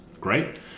great